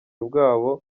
bwabo